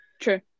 true